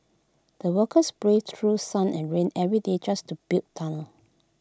the workers braved through sun and rain every day just to build tunnel